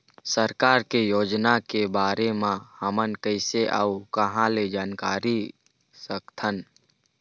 सरकार के योजना के बारे म हमन कैसे अऊ कहां ल जानकारी सकथन?